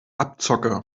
abzocke